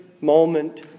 moment